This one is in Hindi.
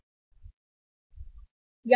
तो ग्राहक कैसा महसूस करता है